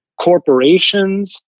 corporations